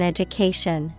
Education